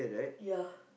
ya